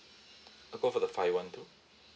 I'll go for the five one two